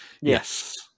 Yes